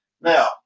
Now